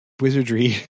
wizardry